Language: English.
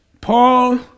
Paul